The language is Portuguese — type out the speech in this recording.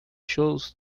shows